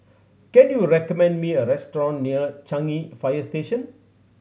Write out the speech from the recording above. can you recommend me a restaurant near Changi Fire Station